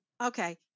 okay